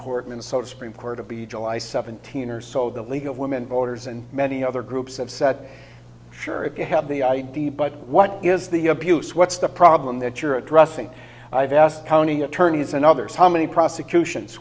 court minnesota supreme court of the july seventeen or so the league of women voters and many other groups have said sure if you have the id but what is the abuse what's the problem that you're addressing i've asked county attorneys and others how many prosecutions